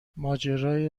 ماجرای